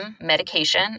medication